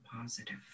positive